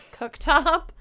cooktop